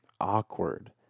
awkward